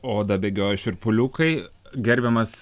oda bėgioja šiurpuliukai gerbiamas